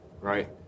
right